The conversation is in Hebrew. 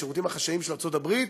השירותים החשאיים של ארצות-הברית,